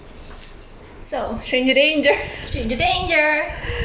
so stranger danger